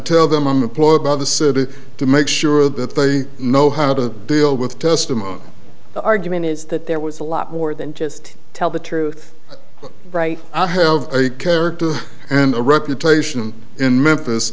tell them i'm the ploy by the city to make sure that they know how to deal with testimony the argument is that there was a lot more than just tell the truth right i have a character and a reputation in memphis